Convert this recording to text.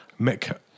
Mick